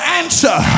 answer